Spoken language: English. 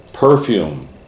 Perfume